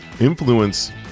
influence